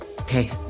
Okay